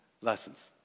lessons